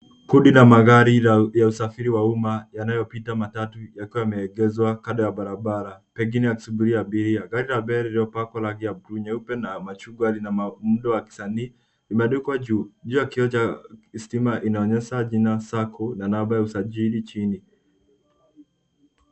Kundi la magari ya usafiri wa umma yanayopita matatu yakiwa yameelekezwa kando ya barabara pengine wakisubiria abiri. Gari la mbele lililopakwa rangi ya bluu, nyeupe na machungwa lina muundo wa kisanii. Limeandikwa juu. Juu ya kioo cha stima inaonyesha jina sacco na namba ya usajili chini.